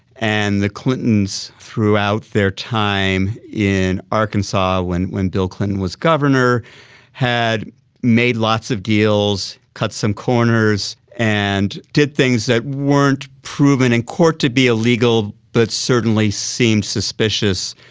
and the clintons throughout their time in arkansas when when bill clinton was governor had made lots of deals, cut some corners, and did things that weren't proven in court to be illegal but certainly seemed suspicious,